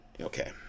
okay